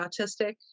autistic